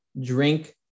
drink